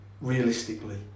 realistically